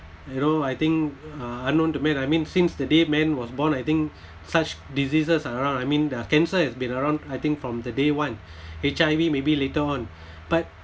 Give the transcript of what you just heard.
you know I think uh unknown to men I mean since the day men was born I think such diseases are around I mean uh cancer has been around I think from the day one H_I_V maybe later on but